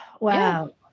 Wow